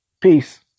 peace